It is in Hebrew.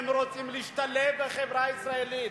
הם רוצים להשתלב בחברה הישראלית.